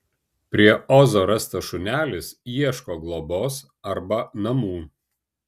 prie ozo rastas šunelis ieško globos arba namų